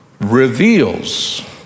reveals